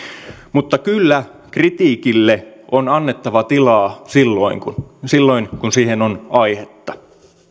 mutta kyllä kritiikille on annettava tilaa silloin kun silloin kun siihen on aihetta